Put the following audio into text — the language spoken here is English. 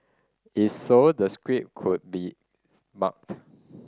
is so the script could be marked